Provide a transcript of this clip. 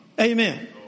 Amen